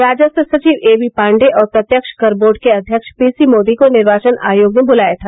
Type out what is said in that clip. राजस्व सचिव A B Pandey और प्रत्यक्ष कर बोर्ड के अध्यक्ष पी सी मोदी को निर्वाचन आयोग ने बुलाया था